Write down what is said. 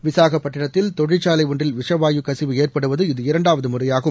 விசாகபட்டிணத்தில் தொழிற்சாலை ஒன்றில் விஷவாயுக் கசிவு ஏற்படுவது இது இரண்டாவது முறையாகும்